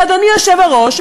ואדוני היושב-ראש,